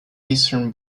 eastern